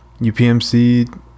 UPMC